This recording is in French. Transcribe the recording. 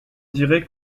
dirait